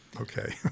Okay